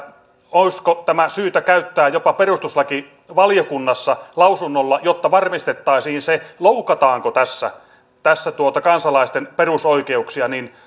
olisiko tämä syytä käyttää jopa perustuslakivaliokunnassa lausunnolla jotta varmistettaisiin se loukataanko tässä tässä kansalaisten perusoikeuksia